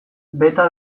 beta